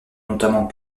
notamment